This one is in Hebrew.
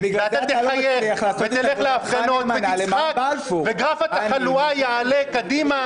ואתה תחייב ותלך להפגנות ותצחק וגרף התחלואה יעלה קדימה